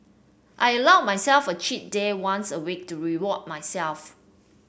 I allow myself a cheat day once a week to reward myself